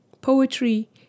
Poetry